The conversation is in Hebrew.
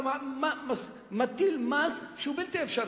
אתה מטיל מס שהוא בלתי אפשרי.